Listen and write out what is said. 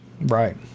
Right